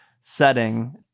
setting